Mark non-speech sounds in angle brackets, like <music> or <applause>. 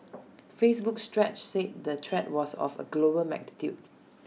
<noise> Facebook's stretch said the threat was of A global magnitude <noise>